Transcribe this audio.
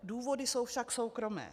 Důvody jsou však soukromé.